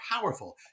powerful